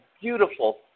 beautiful